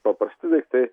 paprasti daiktai